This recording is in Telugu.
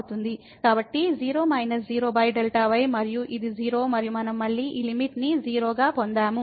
కాబట్టి 0 − 0Δy మరియు ఇది 0 మరియు మనం మళ్ళీ ఈ లిమిట్ ని 0 గా పొందాము